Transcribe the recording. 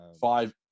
Five